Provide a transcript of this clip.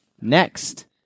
Next